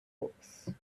books